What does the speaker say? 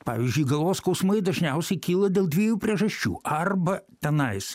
pavyzdžiui galvos skausmai dažniausiai kyla dėl dviejų priežasčių arba tenais